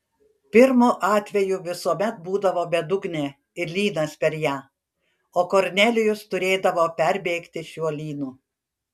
pirmu atveju visuomet būdavo bedugnė ir lynas per ją o kornelijus turėdavo perbėgti šiuo lynu